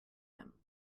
him